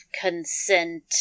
consent